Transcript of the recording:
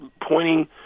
pointing